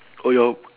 oh your